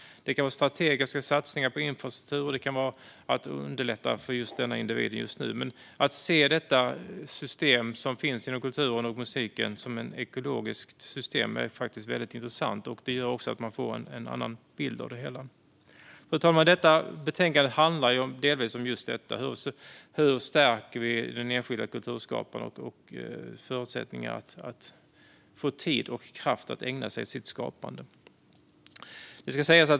Det kan vara strategiska satsningar på infrastruktur, och det kan vara att underlätta för just denna individ just nu. Men att se det system som finns inom musiken och hela kulturen som ett ekologiskt system är faktiskt väldigt intressant. Det gör också att man får en annan bild av det hela. Fru talman! Betänkandet handlar delvis om just detta. Hur stärker vi den enskilda kulturskaparens förutsättningar så att hon får tid och kraft att ägna sig åt sitt skapande?